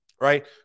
right